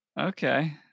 Okay